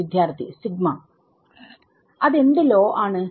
വിദ്യാർത്ഥി സിഗ്മ അതെന്ത് ലോ ആണ്